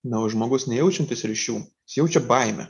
na o žmogus nejaučiantis ryšių jis jaučia baimę